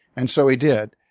and so he did.